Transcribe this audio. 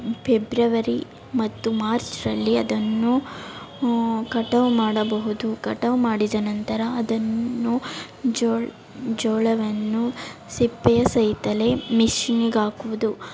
February ಮತ್ತು ಮಾರ್ಚ್ರಲ್ಲಿ ಅದನ್ನು ಕಟಾವು ಮಾಡಬಹುದು ಕಟಾವು ಮಾಡಿದ ನಂತರ ಅದನ್ನು ಜೋಳ ಜೋಳವನ್ನು ಸಿಪ್ಪೆಯ ಸಹಿತಲೇ ಮೆಷಿನಿಗೆ ಹಾಕುವುದು